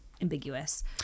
ambiguous